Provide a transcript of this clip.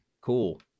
cool